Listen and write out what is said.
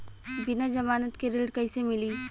बिना जमानत के ऋण कईसे मिली?